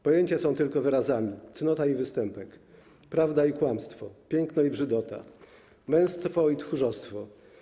Pojęcia są tylko wyrazami/ Cnota i występek/ Prawda i kłamstwo/ Piękno i brzydota/ Męstwo i tchórzostwo/